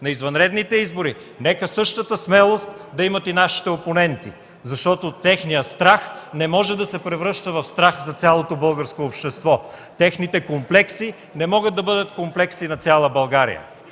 на извънредни избори, нека същата смелост да имат и нашите опоненти, защото техният страх не може да се превръща в страх за цялото българско общество, техните комплекси не могат да бъдат комплекси на цяла България.